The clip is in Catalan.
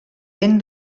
ben